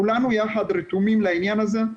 כולנו יחד רתומים לעניין הזה,